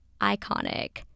Iconic